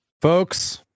Folks